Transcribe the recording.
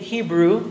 Hebrew